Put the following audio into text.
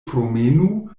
promenu